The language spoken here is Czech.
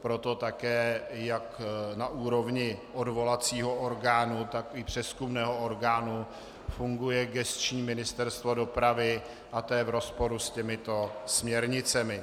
Proto také jak na úrovni odvolacího orgánu, tak i přezkumného orgánu funguje gesční Ministerstvo dopravy a to je v rozporu s těmito směrnicemi.